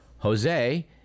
Jose